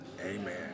Amen